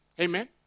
Amen